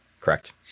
Correct